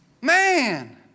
Man